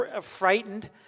frightened